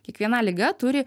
kiekviena liga turi